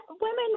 women